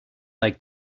like